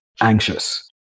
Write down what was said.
anxious